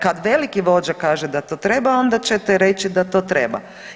Kad veliki vođa kaže da to treba onda ćete reći da to treba.